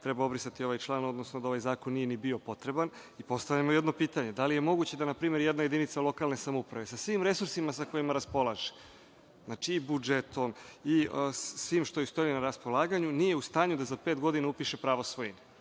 treba obrisati ovaj član, odnosno da ovaj zakon nije ni bio potreban. Postavljamo jedno pitanje – da li je moguće da npr. jedna jedinica lokalne samouprave sa svim resursima sa kojima raspolaže, znači i budžetom i svim što joj stoji na raspolaganju, nije u stanju da za pet godina upiše pravo svojine?